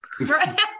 right